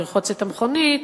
לרחוץ את המכונית,